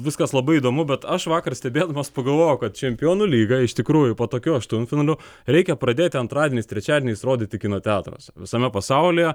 viskas labai įdomu bet aš vakar stebėdamas pagalvojau kad čempionų lygą iš tikrųjų po tokių aštuntfinalių reikia pradėti antradieniais trečiadieniais rodyti kino teatruose visame pasaulyje